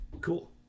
cool